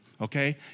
Okay